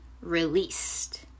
released